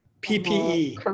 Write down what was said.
PPE